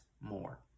more